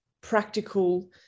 practical